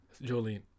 Jolene